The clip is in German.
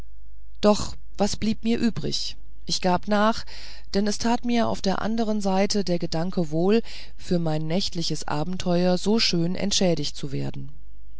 doch was blieb mir übrig ich gab nach denn es tat mir auf der andern seite der gedanke wohl für mein nächtliches abenteuer so schön entschädigt zu werden